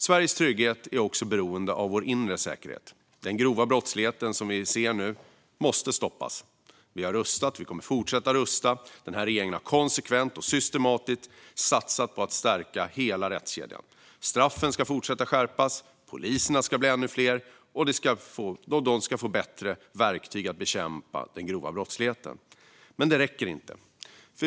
Sveriges trygghet är också beroende av vår inre säkerhet. Den grova brottslighet som vi ser nu måste stoppas. Vi har rustat och kommer att fortsätta rusta. Den här regeringen har konsekvent och systematiskt satsat på att stärka hela rättskedjan. Straffen ska fortsätta skärpas, och poliserna ska bli ännu fler och få bättre verktyg för att bekämpa den grova brottsligheten. Men det räcker inte.